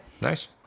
Nice